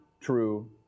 true